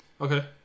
Okay